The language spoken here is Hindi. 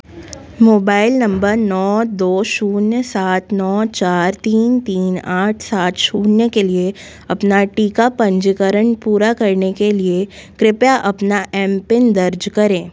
मोबाइल नंबर नौ दो शून्य सात नौ चार तीन तीन आठ सात शून्य के लिए अपना टीका पंजीकरण पूरा करने के लिए कृपया अपना एम पिन दर्ज करें